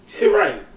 right